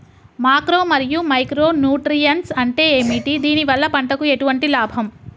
Macro మరియు micro nutrients అంటే ఏమిటి? దీనివల్ల పంటకు ఎటువంటి లాభం?